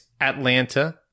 Atlanta